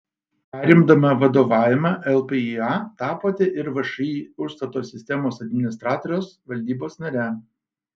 perimdama vadovavimą lpįa tapote ir všį užstato sistemos administratorius valdybos nare